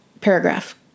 paragraph